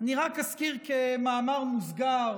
אני רק אזכיר במאמר מוסגר,